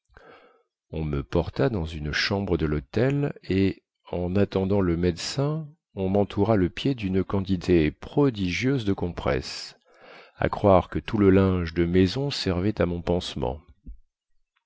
on me porta dans une chambre de lhôtel et en attendant le médecin on mentoura le pied dune quantité prodigieuse de compresses à croire que tout le linge de maison servait à mon pansement